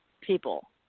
people